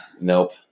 Nope